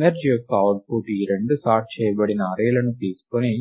merge యొక్క output ఈ రెండు సార్ట్ చేయబడిన అర్రే లను తీసుకొని